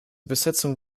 besetzung